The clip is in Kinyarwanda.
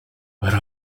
hari